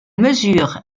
mesure